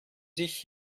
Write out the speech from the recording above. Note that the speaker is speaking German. sich